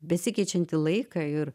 besikeičiantį laiką ir